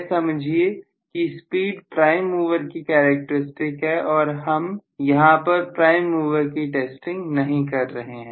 यह समझिए की स्पीड प्राइम मूवर की कैरेक्टरिस्टिक है और हम यहां पर प्राइम मूवर की टेस्टिंग नहीं कर रहे हैं